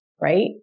right